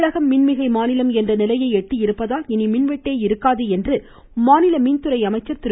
தமிழகம் மின்மிகை மாநிலம் என்ற நிலையை எட்டியிருப்பதால் இனி மின்வெட்டே இருக்காது என்று மாநில மின்துறை அமைச்சர் திரு